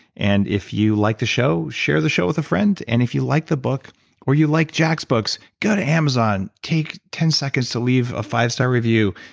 and if you like the show, share the show with a friend and if you like the book or you like jack's books, go to amazon, take ten seconds to leave a five-star review,